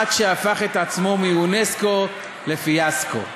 עד שהפך את עצמו מאונסק"ו לפיאסקו.